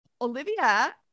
Olivia